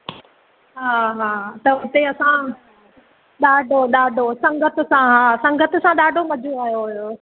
हा हा त हुते असां ॾाढो ॾाढो संगति सां हा संगति सां ॾाढो मज़ो आयो हुयो